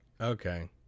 Okay